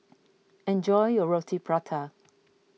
enjoy your Roti Prata